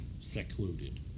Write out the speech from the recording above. secluded